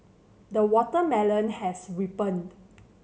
the watermelon has ripened